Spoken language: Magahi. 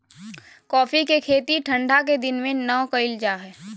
कॉफ़ी के खेती ठंढा के दिन में नै कइल जा हइ